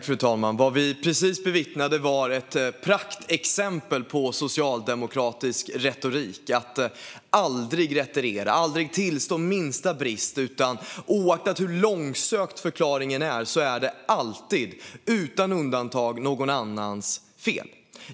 Fru talman! Vad vi precis bevittnade var ett praktexempel på socialdemokratisk retorik - att aldrig retirera och aldrig tillstå minsta brist. Oavsett hur långsökt förklaringen är så är det alltid, utan undantag, någon annans fel.